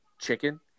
chicken